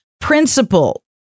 principle